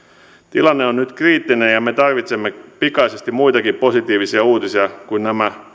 tilanne on nyt kriittinen ja me tarvitsemme pikaisesti muitakin positiivisia uutisia kuin